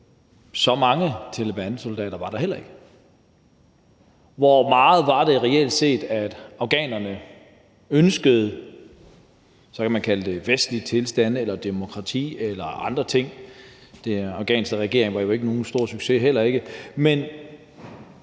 Så mange talebansoldater var der heller ikke. Hvor meget var det reelt set afghanerne ønskede – og så kan man kalde det vestlige tilstande eller demokrati eller andre ting? Den afghanske regering var jo heller ikke nogen